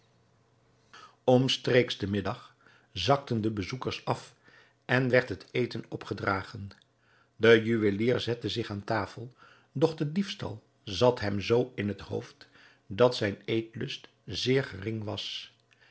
omstreeks den middag zakten de bezoekers af en werd het eten opgedragen de juwelier zette zich aan tafel doch de diefstal zat hem zoo in het hoofd dat zijn eetlust zeer gering was